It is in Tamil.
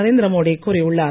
நரேந்திர மோடி கூறியுள்ளார்